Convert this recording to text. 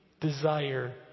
desire